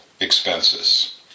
expenses